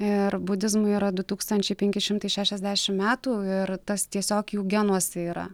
ir budizmui yra du tūkstančiai penki šimtai šešiasdešim metų ir tas tiesiog jų genuose yra